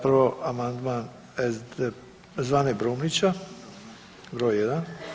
Prvo amandman Zvane Brumnića broj 1.